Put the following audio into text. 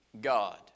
God